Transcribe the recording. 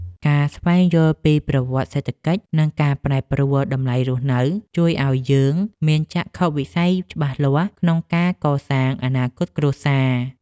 ការស្វែងយល់ពីប្រវត្តិសេដ្ឋកិច្ចនិងការប្រែប្រួលតម្លៃរស់នៅ ជួយឱ្យយើងមានចក្ខុវិស័យច្បាស់លាស់ក្នុងការកសាងអនាគតគ្រួសារ។